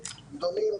גדולים,